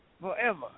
forever